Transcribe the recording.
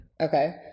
Okay